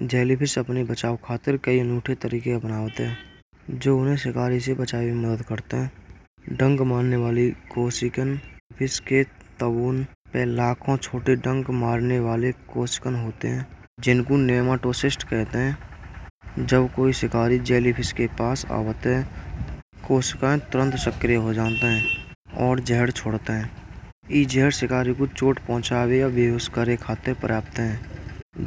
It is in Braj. जेलीफिश अपनी बचाव खातिर कई अनूठे तरीके अपना होते हैं। जो उन्हें शिकारी से बचाते हैं मर्द करता है। डंक मन्ने वाली को चिकन फिश के तवरन पर लाखों छोटे डंक मारने वाले कोस्पान होते हैं। जिनको नेमाटोसिस्ट कहते हैं। जब कोई शिकारी जेलीफिश के पास आवत है। उसका तोरेंट सकरी हो जाता है और जहर छोड़ता है। जहर शिकारी को चोट पहुंचा दिया बेहोश करेन खाते पर्याप्त है।